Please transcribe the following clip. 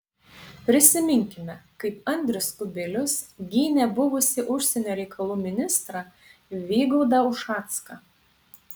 prisiminkime kaip andrius kubilius gynė buvusį užsienio reikalų ministrą vygaudą ušacką